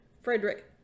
Frederick